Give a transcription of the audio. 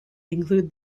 include